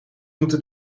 moeten